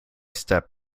step